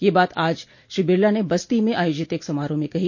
यह बात आज श्री बिरला ने बस्ती में आयोजित एक समारोह में कही